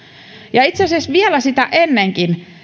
ja itse asiassa vielä sitä ennenkin